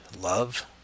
Love